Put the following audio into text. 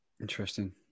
Interesting